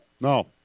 no